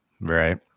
right